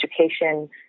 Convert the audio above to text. education